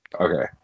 Okay